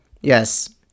yes